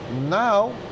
now